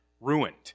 ruined